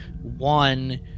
one